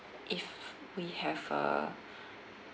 if we have a